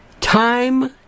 time